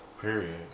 Period